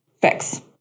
fix